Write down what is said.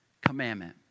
commandment